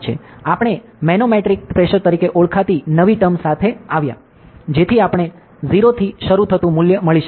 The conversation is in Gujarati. આપણે મેનોમેટ્રિક પ્રેશર તરીકે ઓળખાતી નવી ટર્મ સાથે આવ્યા જેથી આપણને 0 થી શરૂ થતું મૂલ્ય મળી શકે